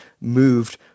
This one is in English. moved